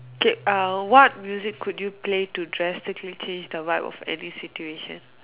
okay uh what music could you play to drastically change the vibe of any situation